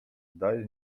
daje